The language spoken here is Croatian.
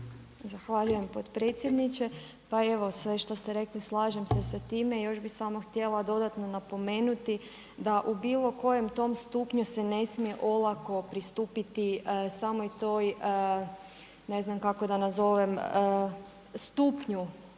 Zahvaljujem predsjedniče. Pa evo sve što ste rekli slažem se sa time. Još bih samo htjela dodatno napomenuti da u bilo kojem tom stupnju se ne smije olako pristupiti samoj toj ne znam kako da nazovem stupnju